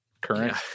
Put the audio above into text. current